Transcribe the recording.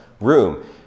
room